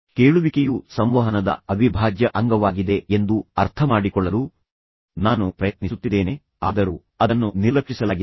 ಕೇಳುವಿಕೆಯು ಸಂವಹನದ ಅವಿಭಾಜ್ಯ ಅಂಗವಾಗಿದೆ ಎಂದು ಅರ್ಥಮಾಡಿಕೊಳ್ಳಲು ನಾನು ಪ್ರಯತ್ನಿಸುತ್ತಿದ್ದೇನೆ ಆದರೂ ಅದನ್ನು ನಿರ್ಲಕ್ಷಿಸಲಾಗಿದೆ